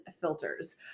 filters